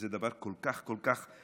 זה דבר כל כך חשוב,